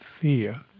fear